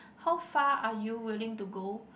how far are you willing to go